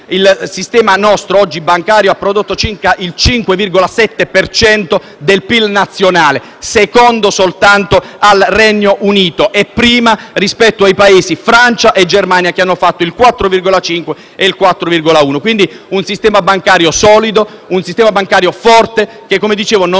Il nostro sistema bancario ha prodotto circa il 5,7 per cento del PIL nazionale, secondo soltanto al Regno Unito, e primo rispetto a Francia e Germania che hanno prodotto il 4,5 e il 4,1 per cento. Quindi, un sistema bancario solido, un sistema bancario forte, che, come dicevo, non